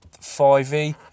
5e